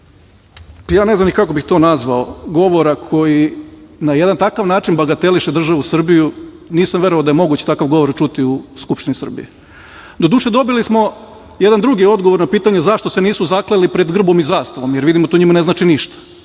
ja ne znam ni kako bih to nazvao, govora koji na jedan takav način bagateliše državu Srbiju, nisam mogao da je moguće takav govor čuti u Skupštini Srbije. Doduše, dobili smo jedan drugi odgovor na pitanje zašto se nisu zakleli pred grbom i zastavom, jer vidimo da to njima ne znači ništa,